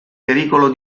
pericolo